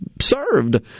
served